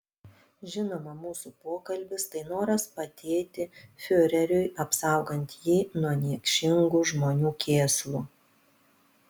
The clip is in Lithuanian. žinoma mūsų pokalbis tai noras padėti fiureriui apsaugant jį nuo niekšingų žmonių kėslų